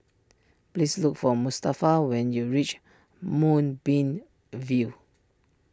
please look for Mustafa when you reach Moonbeam View